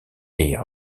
est